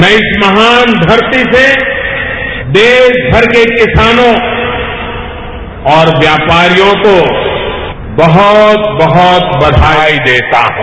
मैं इस महान धरती से देशभर के किसानों और व्यापारियों को बहुत बहुत बधाई देता हूं